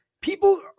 People